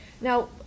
Now